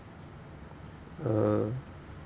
uh